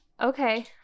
Okay